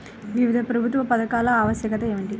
వివిధ ప్రభుత్వ పథకాల ఆవశ్యకత ఏమిటీ?